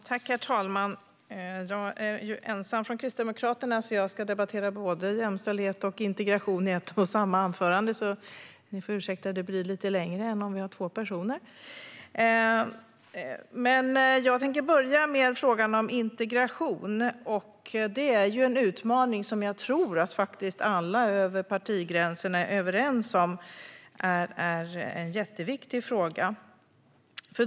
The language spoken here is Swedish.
Herr talman! Jag är ensam från Kristdemokraterna och ska debattera både jämställdhet och integration i ett och samma anförande. Ni får ursäkta att det blir ett lite längre anförande än om vi hade haft två personer. Jag tänker börja med frågan om integration. Det är en utmaning som jag tror att alla över partigränserna är överens om är en jätteviktig fråga.